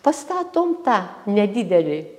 pastatom tą nedidelį